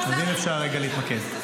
בסדר, אם אפשר רגע להתמקד.